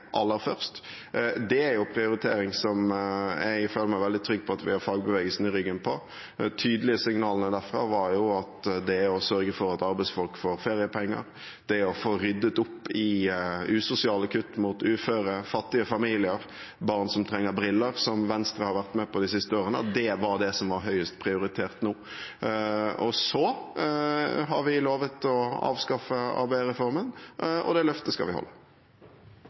aller først. Det er en prioritering der jeg føler meg veldig trygg på at vi har fagbevegelsen i ryggen. De tydelige signalene derfra var at det å sørge for at arbeidsfolk får feriepenger, og det å få ryddet opp i usosiale kutt til uføre, fattige familier og barn som trenger briller – som Venstre har vært med på de siste årene – var det som har høyest prioritet nå. Så har vi lovet å avskaffe ABE-reformen, og det løftet skal vi holde.